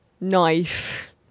knife